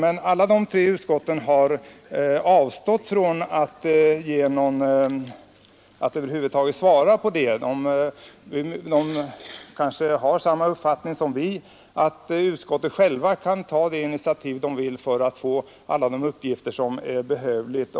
Men de har alla avstått från att över huvud taget svara på den frågan. De kanske har samma uppfattning som vi, att utskotten s kan ta de initiativ som de vill ta för att få alla de uppgifter som behövs.